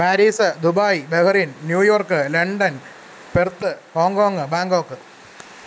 Paris Dubai Bahrain New York London Perth Hong Kong Bangkok